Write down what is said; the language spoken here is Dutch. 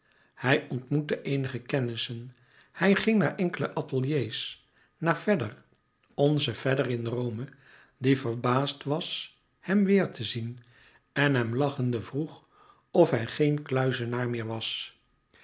hij ontmoette eenige kennissen hij ging naar enkele ateliers naar fedder onzen fedder in rome die verbaasd was hem weêr te zien en hem lachende vroeg of hij geen kluizenaar meer was